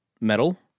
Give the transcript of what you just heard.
metal